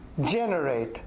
generate